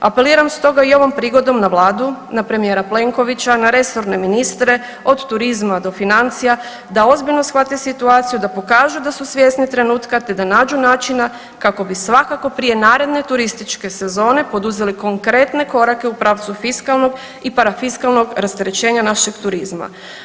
Apeliram stoga i ovom prigodom na vladu, na premijera Plenkovića, na resorne ministre od turizma do financija da ozbiljno shvate situaciju, da pokažu da su svjesni trenutka, te da nađu načina kako bi svakako prije naredne turističke sezone poduzeli konkretne korake u pravcu fiskalnog i parafiskalnog rasterećenja našeg turizma.